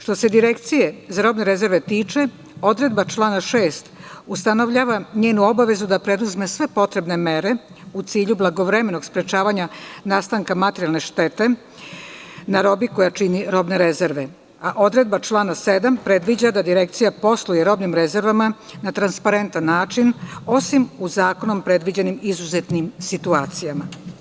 Što se Direkcije za robne rezerve tiče odredba člana 6. ustanovljava njenu obavezu da preduzme sve potrebne mere u cilju blagovremenog sprečavanja nastanka materijalne štete na robi koja čini robne rezerve, a odredba člana 7. predviđa da Direkcija posluje robnim rezervama na transparentan način, osim u zakonom predviđenim izuzetnim situacijama.